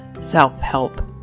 self-help